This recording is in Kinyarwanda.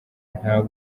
nta